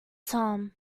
tom